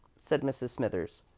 said mrs. smithers.